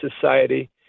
society